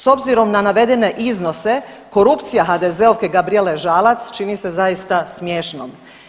S obzirom na navedene iznose, korupcija HDZ-ovke Gabrijele Žalac, čini se zaista smiješnom.